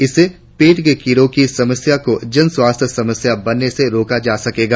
इससे पेट के कीड़ों की समस्या को जन स्वास्थ्य समस्या बनने से रोका जा सकेगा